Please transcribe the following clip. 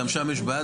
גם שם יש בעיה,